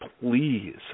please